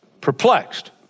perplexed